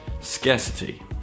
scarcity